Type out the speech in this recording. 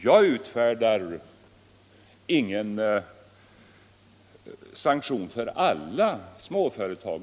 Jag utfärdar ingen sanktion för alla småföretag.